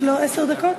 יש לו עשר דקות?